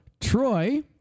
troy